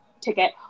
ticket